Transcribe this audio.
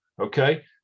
Okay